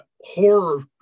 horror